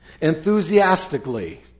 Enthusiastically